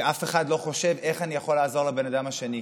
ואף אחד לא חושב: איך אני יכול לעזור לבן אדם השני?